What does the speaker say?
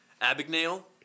Abigail